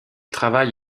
travaille